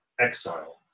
exile